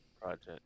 project